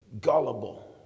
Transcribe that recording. gullible